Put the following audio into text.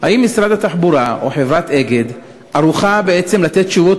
האם משרד התחבורה או חברת "אגד" ערוכים בעצם לתת תשובות